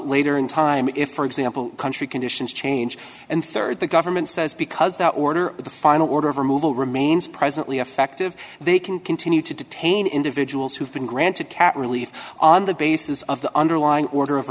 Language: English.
later in time if for example country conditions change and rd the government says because the order the final order of removal remains presently effective they can continue to detain individuals who've been granted cat relief on the basis of the underlying order of